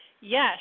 Yes